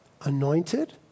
anointed